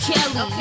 Kelly